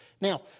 Now